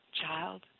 child